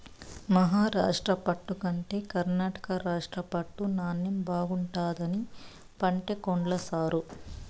మహారాష్ట్ర పట్టు కంటే కర్ణాటక రాష్ట్ర పట్టు నాణ్ణెం బాగుండాదని పంటే కొన్ల సారూ